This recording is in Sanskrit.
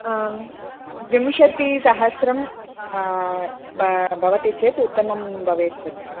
आं विंशतिसहस्रम् भवति चेत् उत्तमं भवेत् भगिनी